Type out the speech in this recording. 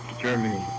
Germany